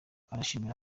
arashimira